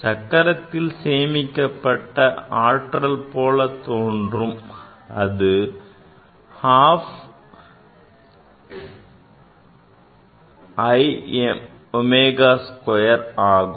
சக்கரத்தில் சேமிக்கப்பட்ட ஆற்றல் போல் தோன்றும் அது half I omega square ஆகும்